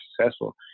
successful